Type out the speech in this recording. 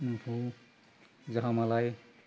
मोफौ जाहामालाय